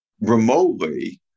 remotely